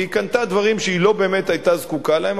כי היא קנתה דברים שהיא לא באמת היתה זקוקה להם,